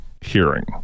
hearing